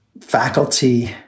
faculty